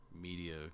media